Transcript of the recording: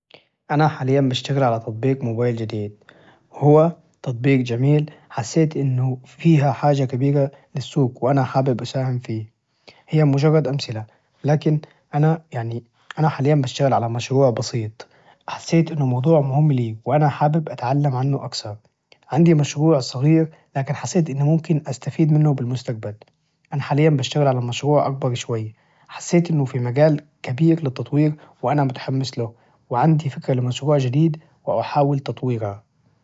أنا حالياً بشتغل على تطبيق موبايل جديد، هو تطبيق جميل حسيت إنه فيها حاجة كبيرة للسوق، وأنا حابب أساهم فيه هي مجرد أمثلة لكن أنا يعني أنا حالياً بشتغل على مشروع بسيط حسيت إنه موضوع مهم لي وأنا حابب أتعلم عنه أكثر، عندي مشروع صغير لكن حسيت إنه ممكن أستفيد منه بالمستقبل أنا حالياً بشتغل على مشروع أكبر شوي، حسيت إنه في مجال كبير للتطوير وأنا متحمس له، وعندي فكرة لمشروع جديد وأحاول تطويره.